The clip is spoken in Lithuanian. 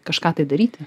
kažką tai daryti